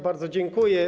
Bardzo dziękuję.